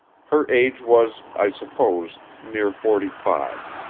her age was, i supposed, near forty-five.